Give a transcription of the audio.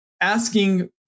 asking